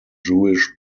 jewish